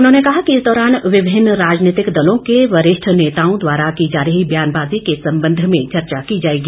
उन्होंने कहा कि इस दौरान विभिन्न राजनीतिक दलों के वरिष्ठ नेताओं द्वारा की जा रही बयानबाजी के संबंध में चर्चा की जाएगी